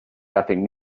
nothing